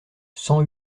cent